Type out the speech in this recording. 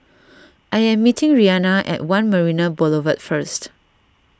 I am meeting Rianna at one Marina Boulevard first